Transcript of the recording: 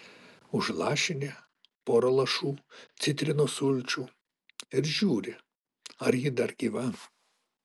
užlašini porą lašų citrinos sulčių ir žiūri ar ji dar gyva